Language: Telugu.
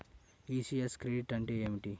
ఈ.సి.యస్ క్రెడిట్ అంటే ఏమిటి?